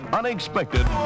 unexpected